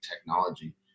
technology